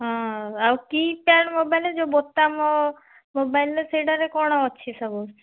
ହଁ ଆଉ keypad mobile ଯେଉଁ ବୋତାମ ମୋବାଇଲ୍ର ସେଇଟାରେ କ'ଣ ଅଛି ସବୁ